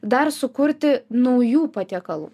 dar sukurti naujų patiekalų